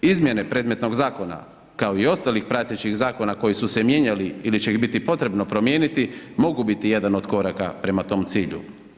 Izmjene predmetnog zakona kao i ostalih pratećih zakona koji su se mijenjali ili će ih biti potrebno promijeniti mogu biti jedan od koraka prema tom cilju.